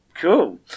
Cool